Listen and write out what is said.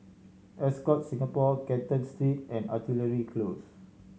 Ascott Singapore Canton Street and Artillery Close